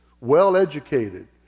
well-educated